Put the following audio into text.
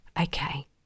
Okay